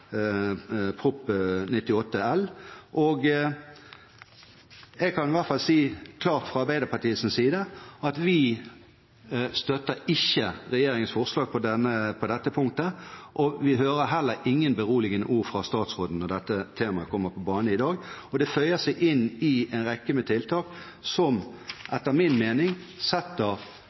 Prop. 98 L. Jeg kan i hvert fall klart si fra Arbeiderpartiets side at vi ikke støtter regjeringens forslag på dette punktet, og vi hører heller ikke noen beroligende ord fra statsråden når dette kommer på banen i dag. Det føyer seg inn i en rekke av tiltak som etter min mening setter